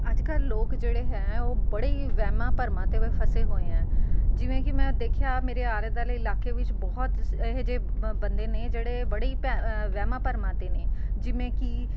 ਅੱਜ ਕੱਲ੍ਹ ਲੋਕ ਜਿਹੜੇ ਹੈ ਉਹ ਬੜੇ ਹੀ ਵਹਿਮਾਂ ਭਰਮਾਂ 'ਤੇ ਵ ਫਸੇ ਹੋਏ ਐਂ ਜਿਵੇਂ ਕਿ ਮੈਂ ਦੇਖਿਆ ਮੇਰੇ ਆਲ਼ੇ ਦੁਆਲੇ ਇਲਾਕੇ ਵਿੱਚ ਬਹੁਤ ਇਹੋ ਜਿਹੇ ਬੰਦੇ ਨੇ ਜਿਹੜੇ ਬੜੇ ਹੀ ਭੈ ਵਹਿਮਾਂ ਭਰਮਾਂ 'ਤੇ ਨੇ ਜਿਵੇਂ ਕਿ